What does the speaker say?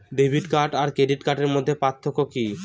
Debit card আর credit কার্ডের মধ্যে পার্থক্য কি?